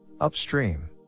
Upstream